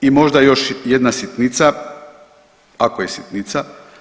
I možda još jedna sitnica, ako je sitnica.